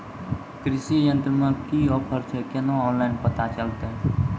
कृषि यंत्र मे की ऑफर छै केना ऑनलाइन पता चलतै?